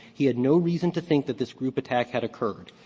he had no reason to think that this group attack had occurred.